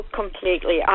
completely